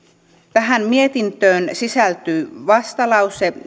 tähän mietintöön sisältyy vastalause